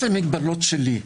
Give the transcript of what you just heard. יש לי מגבלות שלי.